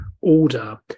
order